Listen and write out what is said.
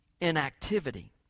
inactivity